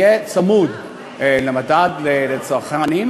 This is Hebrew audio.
יהיה צמוד למדד המחירים לצרכן,